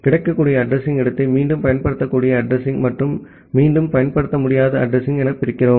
கிடைக்கக்கூடிய அட்ரஸிங் இடத்தை மீண்டும் பயன்படுத்தக்கூடிய அட்ரஸிங் மற்றும் மீண்டும் பயன்படுத்த முடியாத அட்ரஸிங் எனப் பிரிக்கிறோம்